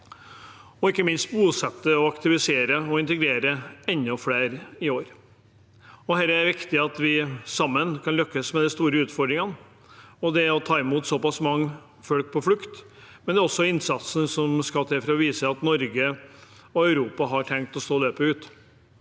ikke minst å bosette, aktivisere og integrere enda flere i år. Det er viktig at vi sammen kan lykkes med de store utfordringene og det å ta imot såpass mange folk på flukt, men også innsatsen som skal til for å vise at Norge og Europa har tenkt å stå løpet ut